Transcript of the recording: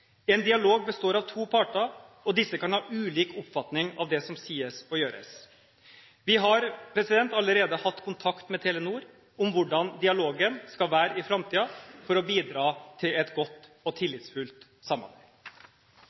En dialog består av to parter, og disse kan ha ulik oppfatning av det som sies og gjøres. Vi har allerede hatt kontakt med Telenor om hvordan dialogen skal være i framtiden for å bidra til et godt og tillitsfullt samarbeid.